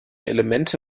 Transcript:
elemente